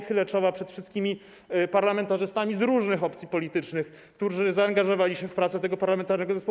Chylę czoła przed wszystkimi parlamentarzystami z rożnych opcji politycznych, którzy zaangażowali się w pracę tego zespołu.